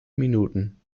minuten